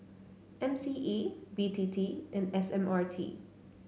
M C E B T T and S M R T